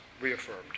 reaffirmed